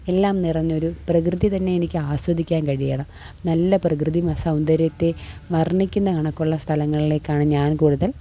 എല്ലാം നിറഞ്ഞൊരു പ്രകൃതി തന്നെ എനിക്ക് ആസ്വദിക്കാൻ കഴിയണം നല്ല പ്രകൃതി സൗന്ദര്യത്തെ വർണ്ണിക്കുന്ന കണക്കുള്ള സ്ഥലങ്ങളിലേക്കാണ് ഞാൻ കൂടുതൽ